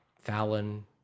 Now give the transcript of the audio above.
fallon